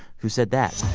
who said that?